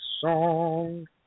song